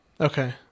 Okay